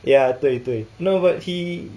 ya 对对 no but he